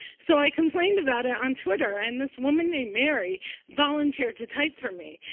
so i complained about it on twitter. and this woman named mary volunteered to type for me.